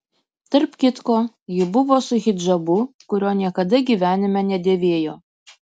tarp kitko ji buvo su hidžabu kurio niekada gyvenime nedėvėjo